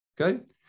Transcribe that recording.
okay